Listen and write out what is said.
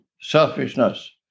selfishness